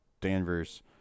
Danvers